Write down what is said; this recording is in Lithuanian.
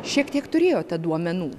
šiek tiek turėjote duomenų